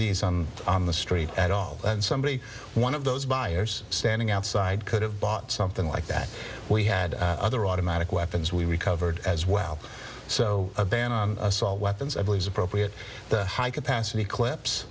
these on the street at all and somebody one of those buyers standing outside could have bought something like that we had other automatic weapons we recovered as well so a ban on assault weapons i believe is appropriate high capacity clips